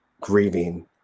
grieving